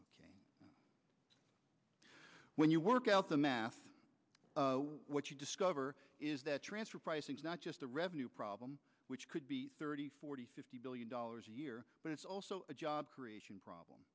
worse when you work out the math what you discover is that transfer pricing is not just a revenue problem which could be thirty forty fifty billion dollars a year it's also a job creation problem